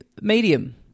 medium